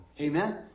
Amen